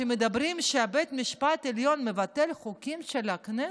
כשמדברים שבית המשפט העליון מבטל חוקים של הכנסת,